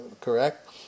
correct